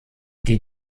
die